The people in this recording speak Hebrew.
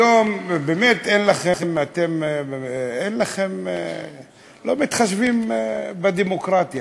היום באמת אין לכם, אתם לא מתחשבים בדמוקרטיה.